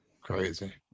crazy